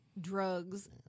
drugs